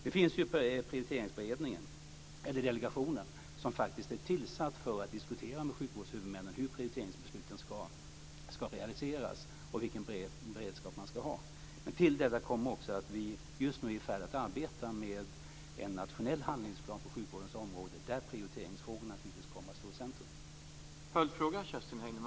Nu finns det ju en prioriteringsdelegation, som faktiskt är tillsatt för att diskutera med sjukvårdshuvudmännen hur prioriteringsbesluten ska realiseras och vilken beredskap man ska ha. Till detta kommer också att vi just nu är i färd med att arbeta med en nationell handlingsplan på sjukvårdens område där prioriteringsfrågorna naturligtvis kommer att stå i centrum.